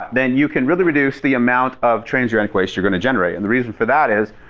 then you can really reduce the amount of transuranic waste you're going to generate. and the reason for that is,